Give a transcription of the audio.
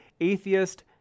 atheist